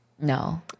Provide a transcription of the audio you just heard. No